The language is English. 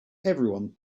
everyone